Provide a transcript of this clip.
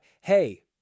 hey